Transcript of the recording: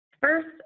First